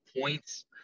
points